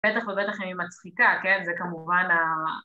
‫בטח ובטח היא מצחיקה, כן? ‫זה כמובן ה...